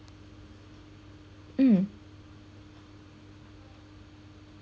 mm